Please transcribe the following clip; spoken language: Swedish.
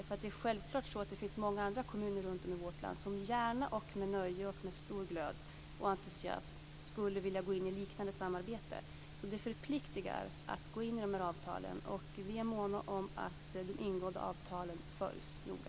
Det är självklart att många andra kommuner runtom i vårt land gärna, med nöje, glöd och entusiasm skulle vilja gå in i ett liknande samarbete. Det förpliktigar att gå in i dessa avtal, och vi är måna om att de ingångna avtalen följs noga.